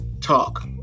Talk